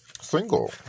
single